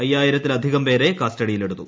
അയ്യായിരത്തിലധികം പേരെ കസ്റ്റഡിയിലെടുത്തു